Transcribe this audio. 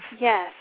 Yes